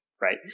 Right